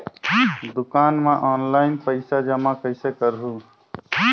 दुकान म ऑनलाइन पइसा जमा कइसे करहु?